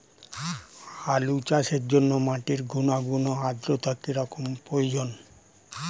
আলু চাষের জন্য মাটির গুণাগুণ ও আদ্রতা কী রকম প্রয়োজন?